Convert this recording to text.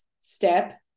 step